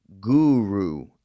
guru